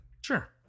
Sure